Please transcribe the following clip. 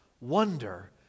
wonder